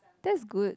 that's good